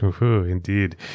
Indeed